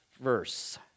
verse